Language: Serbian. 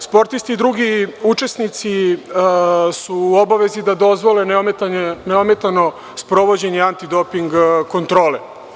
Sportisti i drugi učesnici su u obavezi da dozvole neometano sprovođenje antidoping kontrole.